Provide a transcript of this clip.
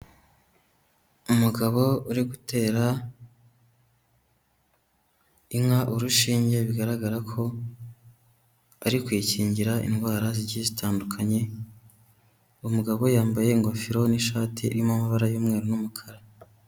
Umugabo uri gutera inka urushinge bigaragara ko ari kuyikingira indwara zigiye zitandukanye, uwo mugabo yambaye ingofero n'ishati irimo amabara y'umweru n'umukara.